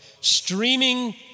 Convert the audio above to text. streaming